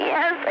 Yes